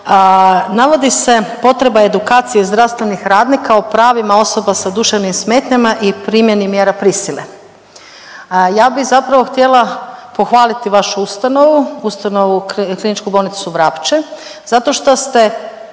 navodi se potreba edukacije zdravstvenih radnika o pravima osoba sa duševnim smetnjama i primjeni mjera prisile. Ja bi zapravo htjela pohvaliti vašu ustanovu, ustanovu Kliničku bolnicu Vrapče zato što ste